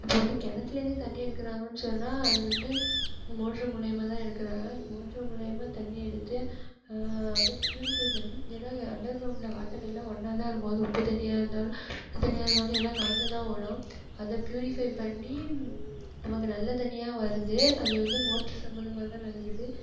இப்போ வந்து கிணத்துலேருந்து தண்ணி எடுக்கிறாங்கன் சொன்னால் அது வந்து மோட்ரு மூலயுமா தான் எடுக்கிறாங்க அந்த மோட்ரு மூலயுமா தண்ணி எடுத்து அதை ப்யூரிஃபை பண்ணி ஏன்னால் அங்கே அண்டர் கிரவுண்ட்டில் வாட்டர் எல்லாம் ஒன்றா தான் இருக்கும் அது உப்பு தண்ணியாக இருந்தாலும் உப்பு தண்ணியாக இருந்தாலும் எல்லாம் கலந்து தான் ஓடும் அதை ப்யூரிஃபை பண்ணி அவங்க நல்ல தண்ணியாக வருது அது வந்து மோட்ரு சம்பந்தமா தான் நடக்குது